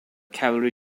cavalry